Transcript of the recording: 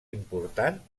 important